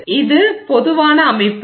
எனவே இது பொதுவான அமைப்பு